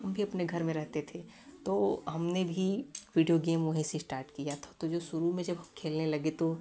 हम भी अपने घर में रहते थे तो हमने भी विडिओ गेम वही से एस्टार्ट किया था तो जो शुरू में जब खेलने लगे तो